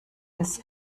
des